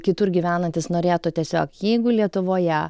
kitur gyvenantys norėtų tiesiog jeigu lietuvoje